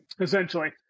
essentially